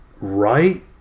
right